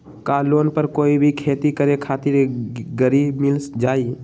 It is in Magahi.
का लोन पर कोई भी खेती करें खातिर गरी मिल जाइ?